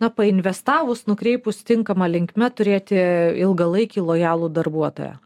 na painvestavus nukreipus tinkama linkme turėti ilgalaikį lojalų darbuotoją